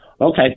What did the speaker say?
Okay